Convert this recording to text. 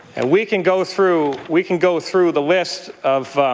and we can go through we can go through the list of